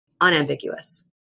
unambiguous